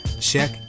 Check